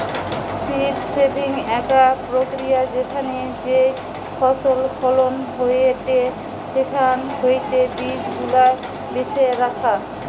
seed saving একটা প্রক্রিয়া যেখানে যেই ফসল ফলন হয়েটে সেখান হইতে বীজ গুলা বেছে রাখা